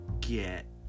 get